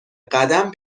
قدم